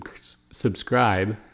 subscribe